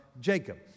Jacob